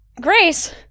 Grace